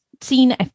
seen